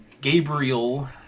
Gabriel